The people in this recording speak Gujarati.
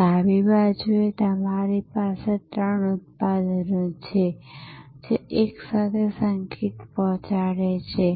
ડાબી બાજુએ તમારી પાસે ત્રણ ઉત્પાદનો છે જે એકસાથે સંગીત પહોંચાડે છે